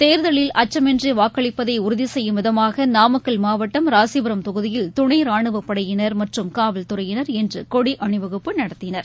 தேர்தலில் அச்சமின்றி வாக்களிப்பதை உறுதி செய்யும் விதமாக நாமக்கல் மாவட்டம் ராசிபுரம் தொகுதியில் துணை ரானுவப் படையினர் மற்றும் காவல் துறையினர் இன்று கொடி அணிவகுப்பு நடத்தினர்